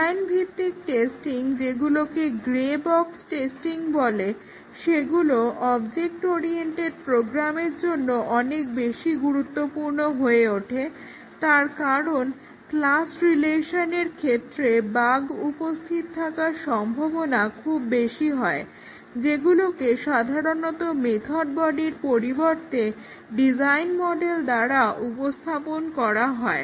design ভিত্তিক testing যেগুলোকে grey box বলে সেগুলো অবজেক্ট ওরিয়েন্টেড প্রোগ্রামের জন্য অনেক বেশি গুরুত্বপূর্ণ হয়ে ওঠে তার কারণ ক্লাস রিলেশনের ক্ষেত্রে বাগ উপস্থিত থাকার সম্ভাবনা খুব বেশি হয় যেগুলোকে সাধারণত মেথড বডির পরিবর্তে ডিজাইন মডেল দ্বারা উপস্থাপন করা হয়